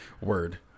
word